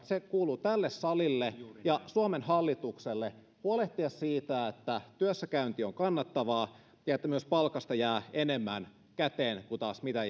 se kuuluu tälle salille ja suomen hallitukselle huolehtia siitä että työssäkäynti on kannattavaa ja että myös palkasta jää enemmän käteen kuin mitä